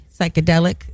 psychedelic